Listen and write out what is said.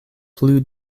plu